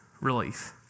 relief